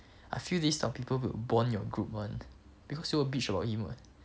I feel these are people who will bond your group [one] because you all will bitch about him [what]